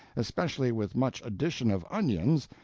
especially with much addition of onions,